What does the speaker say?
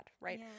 right